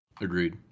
Agreed